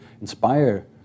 inspire